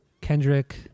Kendrick